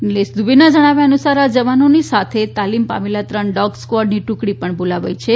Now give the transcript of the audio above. નિલેશ દુબેના જણાવ્યા અનુસાર આ જવાનોની સાથે તાલીમ પામેલા ત્રણ ડોગ સ્ક્વોડની ટુકડી પણ બોલાવી છે